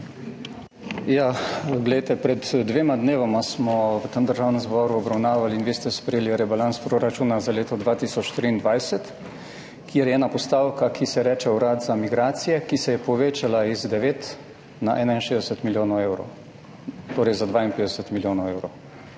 (PS SDS):** Pred dvema dnevoma smo v tem Državnem zboru obravnavali in vi ste sprejeli rebalans proračuna za leto 2023, kjer je ena postavka, ki se ji reče Urad za migracije, ki se je povečala iz 9 na 61 milijonov evrov, torej, za 52 milijonov evrov,